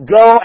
Go